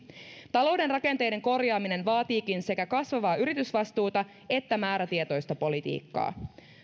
talouden rakenteiden korjaaminen vaatiikin sekä kasvavaa yritysvastuuta että määrätietoista politiikkaa